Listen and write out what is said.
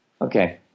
okay